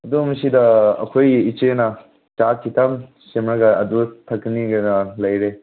ꯑꯗꯣ ꯃꯁꯤꯗ ꯑꯩꯈꯣꯏꯒꯤ ꯏꯆꯦꯅ ꯆꯥ ꯈꯤꯇꯪ ꯁꯦꯝꯍꯜꯂ ꯑꯗꯨ ꯊꯛꯀꯅꯤ ꯍꯥꯏꯅ ꯂꯩꯔꯤ